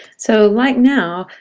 so like now,